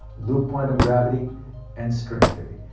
loop quantum gravity and string theory.